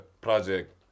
project